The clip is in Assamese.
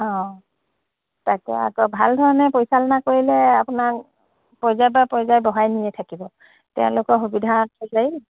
অঁ তাকে আকৌ ভাল ধৰণে পৰিচালনা কৰিলে আপোনাক পৰ্য্য়ায় বাই পৰ্য্য়ায় বহাই নিয়ে থাকিব তেওঁলোকৰ সুবিধা অনুযায়ী